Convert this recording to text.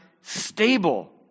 stable